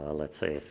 ah let's say,